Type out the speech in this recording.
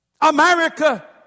America